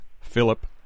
Philip